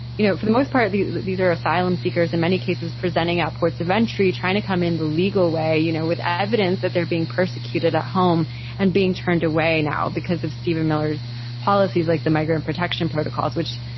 you know, for the most part, these are asylum seekers, in many cases presenting at ports of entry, trying to come in the legal way, you know, with evidence that they're being persecuted at home and being turned away. now, because of steven miller's policies, like the migrant protection protocols, which,